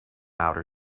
outer